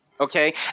okay